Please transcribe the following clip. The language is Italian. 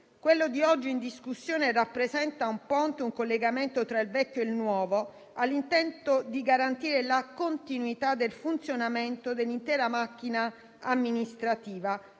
Il provvedimento rappresenta un ponte e un collegamento tra il vecchio e il nuovo e ha l'intento di garantire la continuità del funzionamento dell'intera macchina amministrativa